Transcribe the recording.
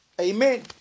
Amen